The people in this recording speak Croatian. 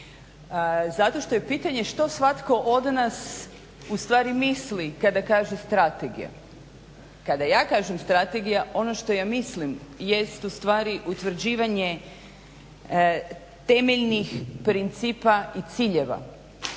Zato što je pitanje što svatko od nas ustvari misli kada kaže strategija. Kada ja kažem strategija ono što ja mislim jest ustvari utvrđivanje temeljnih principa i ciljeva